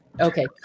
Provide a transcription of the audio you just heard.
Okay